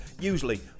usually